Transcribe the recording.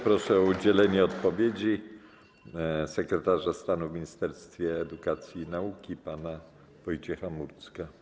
Proszę o udzielenie odpowiedzi sekretarza stanu w ministerstwie edukacji i nauki, pana Wojciecha Murdzka.